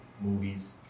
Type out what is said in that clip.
movies